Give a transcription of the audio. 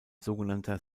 sogenannter